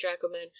dragoman